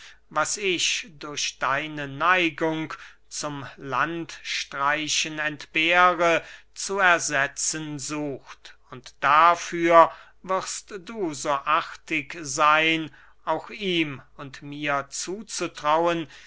was ich durch deine neigung zum landstreichen entbehre zu ersetzen sucht und dafür wirst du so artig seyn auch ihm und mir zuzutrauen